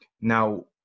Now